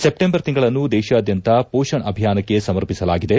September ತಿಂಗಳನ್ನು ದೇಶಾದ್ಯಂತ ಪೋಷಣ್ ಅಭಿಯಾನಕ್ಲೆ ಸಮರ್ಪಿಸಲಾಗಿದೆ